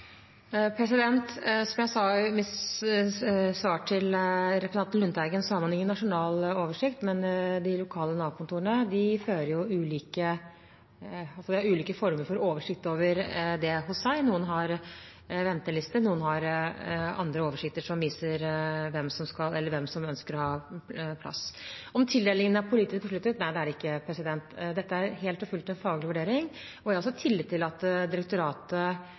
lokale Nav-kontorene har ulike former for oversikt over det hos seg. Noen har ventelister, andre har andre oversikter som viser hvem som ønsker plass. Om tildelingene er politisk besluttet? Nei, det er de ikke. Dette er helt og fullt en faglig vurdering, og jeg har tillit til at direktoratet